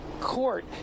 court